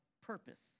purpose